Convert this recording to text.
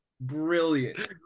Brilliant